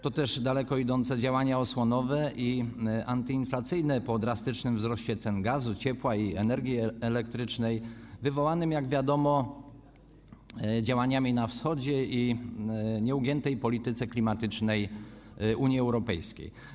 To też daleko idące działania osłonowe i antyinflacyjne po drastycznym wzroście cen gazu, ciepła i energii elektrycznej wywołanym, jak wiadomo, działaniami na wschodzie i nieugiętą polityką klimatyczną Unii Europejskiej.